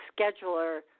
scheduler